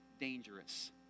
dangerous